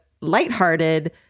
lighthearted